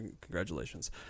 congratulations